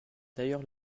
d’ailleurs